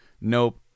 Nope